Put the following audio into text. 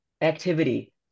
activity